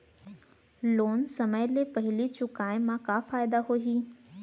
Loan समय ले पहिली चुकाए मा का फायदा होही?